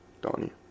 Donnie